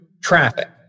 traffic